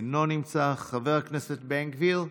אינו נמצא, חבר הכנסת בן גביר,